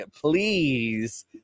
please